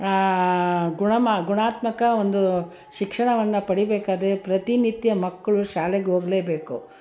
ಗುಣಮ ಗುಣಾತ್ಮಕ ಒಂದು ಶಿಕ್ಷಣವನ್ನು ಪಡಿಬೇಕಾದರೆ ಪ್ರತಿ ನಿತ್ಯ ಮಕ್ಕಳು ಶಾಲೆಗೆ ಹೋಗ್ಲೇಬೇಕು